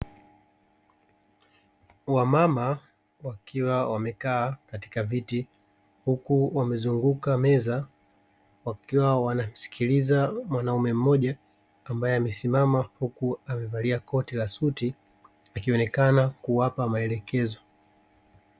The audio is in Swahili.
Wamama wakiwa wamekaa katika viti huku wamezunguka meza wakiwa wanamsikiliza mwanamume mmoja, ambaye amesimama huku amevalia koti la suti akionekana kuwapa maelekezo.